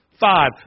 five